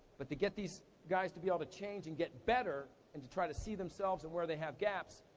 but to get these guys to be able to change and get better, and to try to see themselves and where they have gaps,